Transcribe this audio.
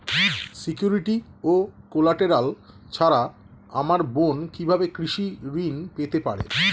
Security ও collateral ছাড়া আমার বোন কিভাবে কৃষি ঋন পেতে পারে?